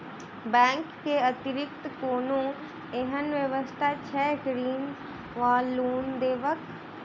Bank केँ अतिरिक्त कोनो एहन व्यवस्था छैक ऋण वा लोनदेवाक?